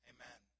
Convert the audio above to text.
Amen